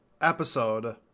episode